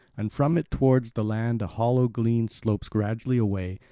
and from it towards the land a hollow glen slopes gradually away,